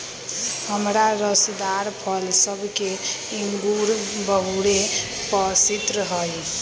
हमरा रसदार फल सभ में इंगूर बहुरे पशिन्न हइ